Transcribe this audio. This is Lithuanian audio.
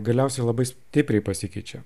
galiausiai labai stipriai pasikeičia